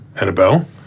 Annabelle